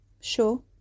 Sure